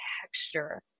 texture